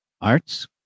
arts